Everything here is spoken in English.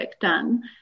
done